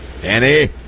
Danny